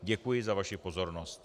Děkuji za vaši pozornost.